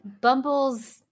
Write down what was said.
Bumble's